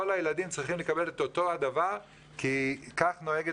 כל הילדים צריכים לקבל את אותו הדבר כי כך נוהגת